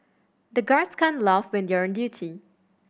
the guards can't laugh when they are on duty